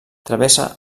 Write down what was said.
travessa